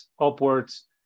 upwards